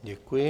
Děkuji.